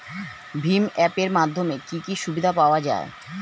ভিম app এর মাধ্যমে কি কি সুবিধা পাওয়া যায়?